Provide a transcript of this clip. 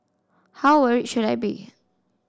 how worried should I be